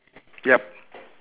yup